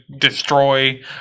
destroy